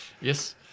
Yes